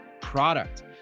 product